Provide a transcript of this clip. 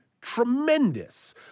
tremendous